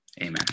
Amen